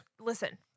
listen